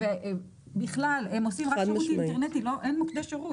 אין מוקדי שירות.